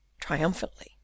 triumphantly